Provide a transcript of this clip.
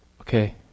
Okay